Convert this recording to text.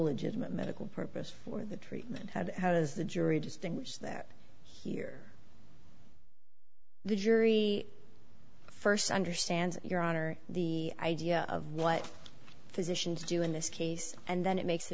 legitimate medical purpose for the treatment had how does the jury distinguish that here the jury first understand your honor the idea of what physicians do in this case and then it makes a